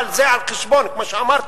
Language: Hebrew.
אבל זה על חשבון, כמו שאמרתי,